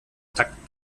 takt